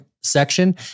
section